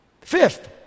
Fifth